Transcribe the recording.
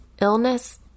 illness